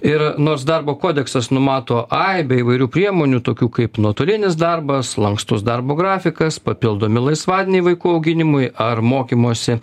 ir nors darbo kodeksas numato aibę įvairių priemonių tokių kaip nuotolinis darbas lankstus darbo grafikas papildomi laisvadieniai vaikų auginimui ar mokymosi